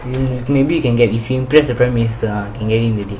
um maybe you can get if it's just the prime minister ah can get in already